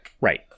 right